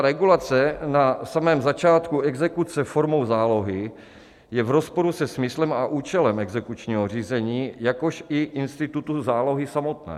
Regulace na samém začátku exekuce formou zálohy je v rozporu se smyslem a účelem exekučního řízení, jakož i institutu zálohy samotné.